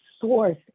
source